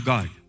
God